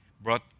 brought